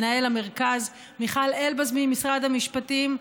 מנהל המרכז, מיכל אלבז ממשרד המשפטים.